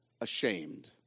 ashamed